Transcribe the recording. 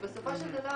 בסופו של דבר,